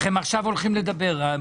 הם עכשיו עומדים לדבר.